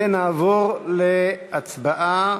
ונעבור להצבעה